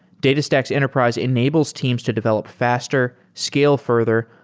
datastax enterprise enables teams to develop faster, scale further,